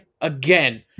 again